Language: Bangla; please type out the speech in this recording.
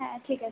হ্যাঁ ঠিক আছে